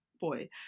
boy